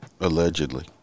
Allegedly